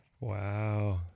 Wow